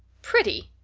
pretty!